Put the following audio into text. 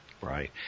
Right